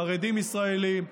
חרדים ישראלים,